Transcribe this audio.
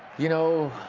you know,